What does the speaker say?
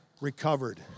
recovered